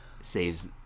saves